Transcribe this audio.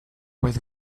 with